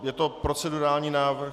Je to procedurální návrh.